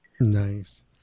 Nice